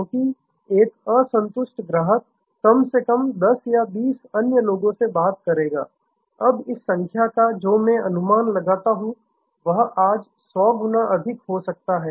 क्योंकि एक असंतुष्ट ग्राहक कम से कम 10 से 20 अन्य लोगों से बात करेगा अब इस संख्या का जो मैं अनुमान लगाता हूं वह आज 100 गुना अधिक हो सकता है